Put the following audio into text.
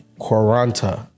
Quaranta